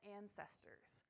ancestors